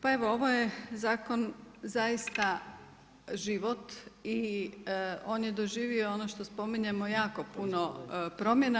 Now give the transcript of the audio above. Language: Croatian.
Pa evo ovaj je zakon zaista život i on je doživio ono što spominjemo jako puno promjena.